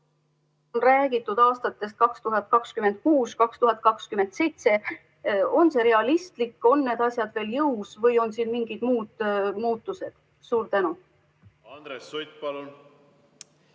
räägitud aastatest 2026–2027. On see realistlik, on need asjad veel jõus või on siin mingeid muutusi? Andres Sutt, palun!